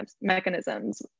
mechanisms